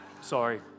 Sorry